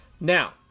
Now